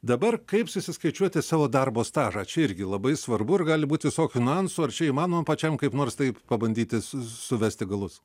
dabar kaip susiskaičiuoti savo darbo stažą čia irgi labai svarbu ir gali būt visokių nuansų ar čia įmanoma pačiam kaip nors taip pabandyti suvesti galus